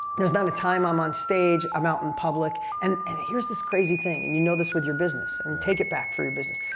there's not a time i'm on stage, um i'm and public, and and here's this crazy thing, and you know this with your business, and take it back for your business,